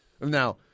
Now